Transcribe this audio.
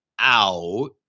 out